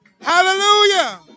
Hallelujah